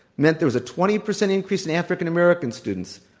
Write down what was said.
meant there was a twenty percent increase in african american students,